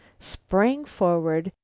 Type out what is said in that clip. sprang forward,